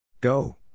Go